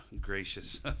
gracious